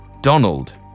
Donald